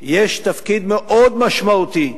יש תפקיד מאוד משמעותי.